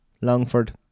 Longford